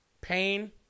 pain